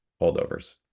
holdovers